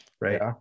right